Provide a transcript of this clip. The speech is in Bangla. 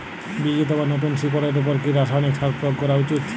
বীজ অথবা নতুন শিকড় এর উপর কি রাসায়ানিক সার প্রয়োগ করা উচিৎ?